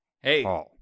Hey